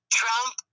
trump